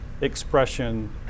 expression